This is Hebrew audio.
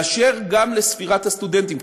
גם באשר לספירת הסטודנטים,